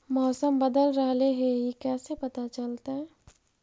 मौसम बदल रहले हे इ कैसे पता चलतै?